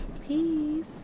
Peace